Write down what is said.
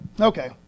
Okay